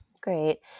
great